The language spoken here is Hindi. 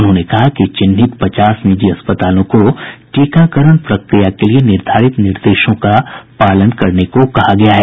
उन्होंने कहा कि चिन्हित पचास निजी अस्पतालों को टीकाकरण प्रक्रिया के लिए निर्धारित निर्देशों को पालन करने को कहा गया है